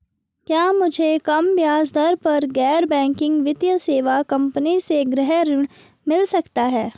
क्या मुझे कम ब्याज दर पर गैर बैंकिंग वित्तीय सेवा कंपनी से गृह ऋण मिल सकता है?